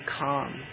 calm